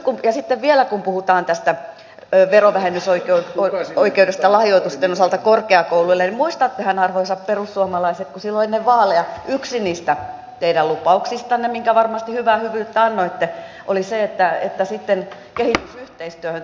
ja sitten vielä kun puhutaan tästä verovähennysoikeudesta lahjoitusten osalta korkeakouluille niin muistattehan arvoisat perussuomalaiset kun silloin ennen vaaleja yksi niistä teidän lupauksistanne minkä varmasti hyvää hyvyyttänne annoitte oli se että sitten kehitysyhteistyöhön lahjoitukset